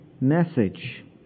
message